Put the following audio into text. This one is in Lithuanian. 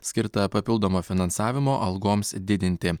skirta papildomo finansavimo algoms didinti